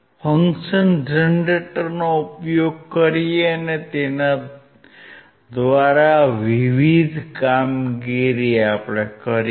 function જનરેટરનો ઉપયોગ કરીએ અને તેના દ્વારા વિવિધ કામગીરી કરીએ